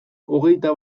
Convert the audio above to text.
hogeita